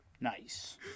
Nice